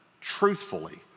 truthfully